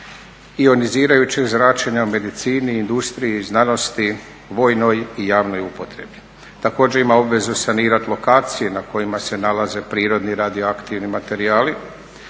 ionizirajućeg zračenja u medicini, industriji, znanosti, vojnoj i javnoj upotrebi. Također, ima obvezu sanirati lokacije na kojima se nalaze prirodni radioaktivni materijali,